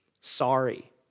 sorry